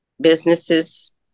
businesses